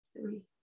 Three